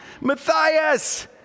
Matthias